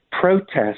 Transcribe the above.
protest